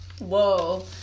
Whoa